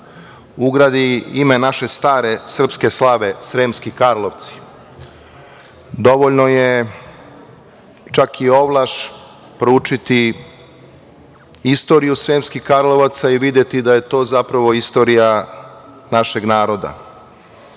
ugradi ime naše stare srpske slave, Sremski Karlovci, dovoljno je čak i ovlaš proučiti istoriju Sremskih Karlovaca i videti da je to zapravo istorija našeg naroda.